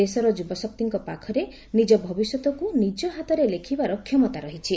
ଦେଶର ଯୁବଶକ୍ତିଙ୍କ ପାଖରେ ନିଜ ଭବିଷ୍ୟତକୁ ନିଜ ହାତରେ ଲେଖିବାର କ୍ଷମତା ରହିଛି